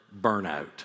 burnout